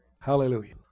Hallelujah